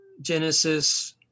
Genesis